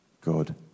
God